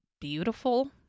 beautiful